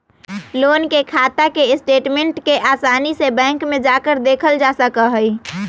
loan के खाता के स्टेटमेन्ट के आसानी से बैंक में जाकर देखल जा सका हई